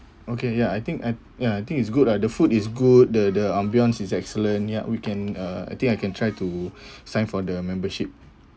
okay ya I think I ya I think it's good lah the food is good the the ambience is excellent ya we can uh I think I can try to sign for the membership